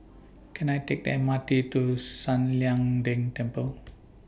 Can I Take The M R T to San Lian Deng Temple